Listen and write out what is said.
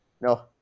No